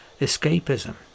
escapism